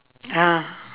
ya